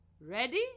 Ready